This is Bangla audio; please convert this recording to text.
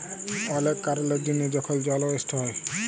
অলেক কারলের জ্যনহে যখল জল ওয়েস্ট হ্যয়